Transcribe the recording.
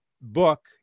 book